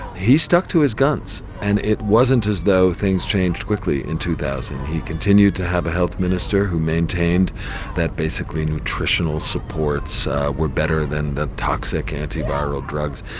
he stuck to his guns, and it wasn't as though things changed quickly in two thousand. he continued to have a health minister who maintained that basically nutritional supports were better than the toxic antiviral drugs.